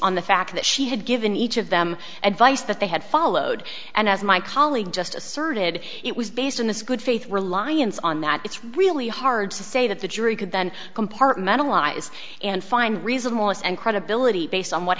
on the fact that she had given each of them advice that they had followed and as my colleague just asserted it was based on this good faith reliance on that it's really hard to say that the jury could then compartmentalize and find reason wallace and credibility based on what